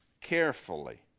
carefully